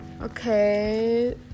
Okay